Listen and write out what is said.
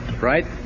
right